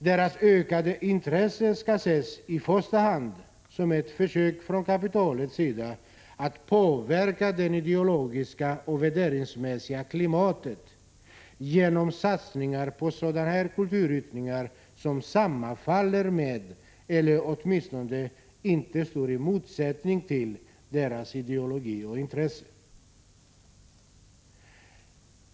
Deras ökade intresse skall i första hand ses som ett försök från kapitalets sida att påverka det ideologiska och värderingsmässiga klimatet genom satsningar på sådana kulturyttringar som sammanfaller med eller åtminstone inte står i motsättning till deras ideologi och intresse.